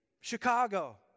Chicago